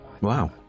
Wow